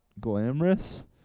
glamorous